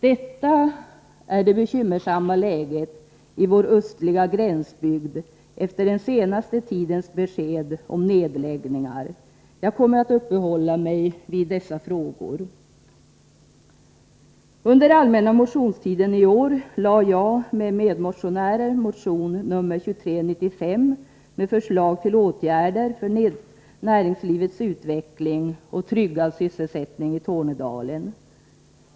Detta är det bekymmersamma läget i vår östliga gränsbygd, efter den senaste tidens besked om nedläggningar. Jag kommer att uppehålla mig vid dessa frågor. Under den allmänna motionstiden i år lade jag och några medmotionärer fram motion 2395, med förslag till åtgärder för näringslivets utveckling och en tryggad sysselsättning i Tornedalen.